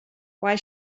why